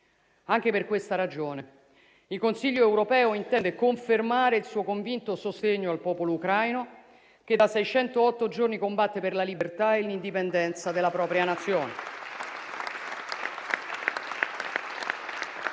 Anche per questa ragione il Consiglio europeo intende confermare il suo convinto sostegno al popolo ucraino, che da 608 giorni combatte per la libertà e l'indipendenza della propria Nazione.